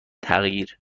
تغییر